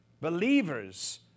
Believers